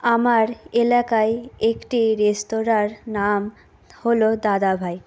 আমার এলাকায় একটি রেস্তোরাঁর নাম হল দাদাভাই